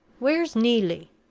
where's neelie?